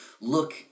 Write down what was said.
look